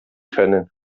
können